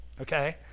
okay